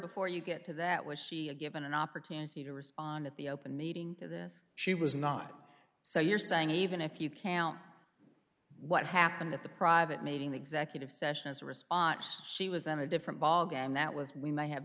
before you get to that was she a given an opportunity to respond at the open meeting to this she was not so you're saying even if you can't what happened at the private meeting the executive session as a response she was on a different bog and that was we might have